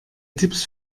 tipps